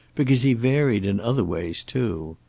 because he varied in other ways, too.